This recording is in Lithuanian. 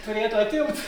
turėtų atimt